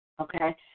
Okay